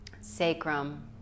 sacrum